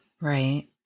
Right